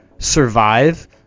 survive